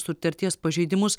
sutarties pažeidimus